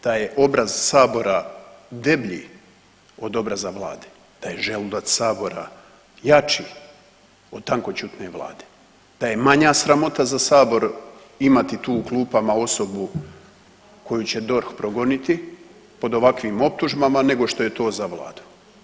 Da je obraz sabora deblji od obraza vlade, da je želudac sabora jači od tankoćutne vlade, da je manja sramota za sabor imati tu u klupama osobu koju će DORH progoniti pod ovakvim optužbama nego što je to za vladu.